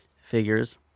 Figures